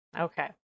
Okay